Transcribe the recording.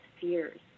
fears